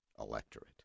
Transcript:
electorate